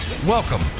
Welcome